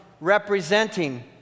representing